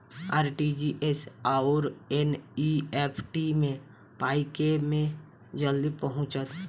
RTGS आओर NEFT मे पाई केँ मे जल्दी पहुँचत?